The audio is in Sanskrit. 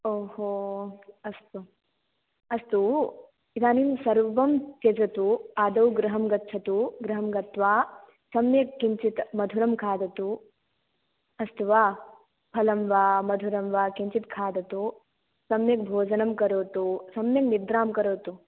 ओ हो अस्तु इदानीं सर्वं त्यजतु आदौ गृहं गच्छतु गृहं गत्वा किञ्चित् मधुरं खादतु अस्तु वा फलं वा मधुरं वा किञ्चित् खादतु सम्यक् भोजनं करोतु सम्यक् निद्रां करोतु